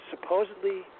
supposedly